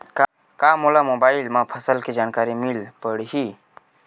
का मोला मोबाइल म फसल के जानकारी मिल पढ़ही?